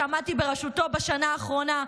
שעמדתי בראשותו בשנה האחרונה,